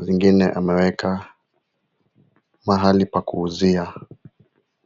zingine ameweka mahali pa kuuzia.